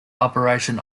operation